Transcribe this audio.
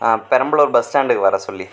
Perambalur bus ஸ்டாண்டுக்கு வர சொல்லி